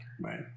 Right